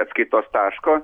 atskaitos taško